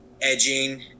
edging